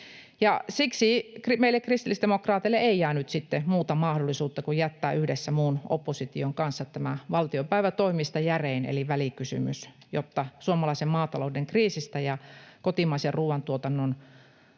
Siksi meille kristillisdemokraateille ei jäänyt sitten muuta mahdollisuutta kuin jättää yhdessä muun opposition kanssa tämä valtiopäivätoimista järein eli välikysymys, jotta suomalaisen maatalouden kriisistä ja kotimaisen ruuantuotannon turvaamisen